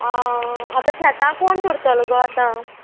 आं आतां शेतां कोण करतलो गो आतां